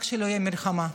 רק שלא תהיה מלחמה,